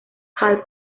hall